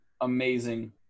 amazing